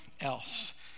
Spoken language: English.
else